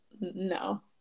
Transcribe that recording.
No